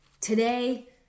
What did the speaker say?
Today